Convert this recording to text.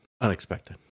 unexpected